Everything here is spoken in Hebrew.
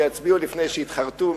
שיצביעו לפני שיתחרטו,